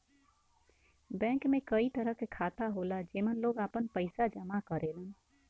bank में कई तरह क खाता होला जेमन लोग आपन पइसा जमा करेलन